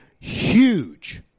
huge